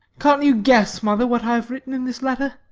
can't you guess, mother, what i have written in this letter?